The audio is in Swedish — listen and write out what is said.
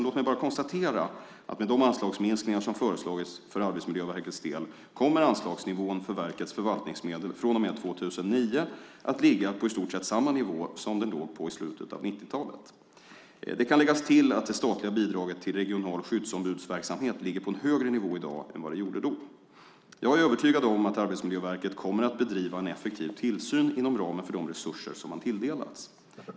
Låt mig bara konstatera att med de anslagsminskningar som föreslagits för Arbetsmiljöverkets del kommer anslagsnivån för verkets förvaltningsmedel från och med 2009 att ligga på i stort sett samma nivå som den låg på i slutet av 1990-talet. Det kan läggas till att det statliga bidraget till regional skyddsombudsverksamhet ligger på en högre nivå i dag än vad det gjorde då. Jag är övertygad om att Arbetsmiljöverket kommer att bedriva en effektiv tillsyn inom ramen för de resurser som man tilldelats.